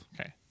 Okay